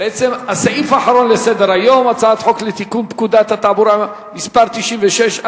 בעצם הסעיף האחרון לסדר-היום: הצעת חוק לתיקון פקודת התעבורה (מס' 96),